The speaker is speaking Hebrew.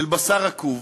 של בשר רקוב,